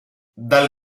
dal